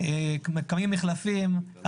קיימים מחלפים,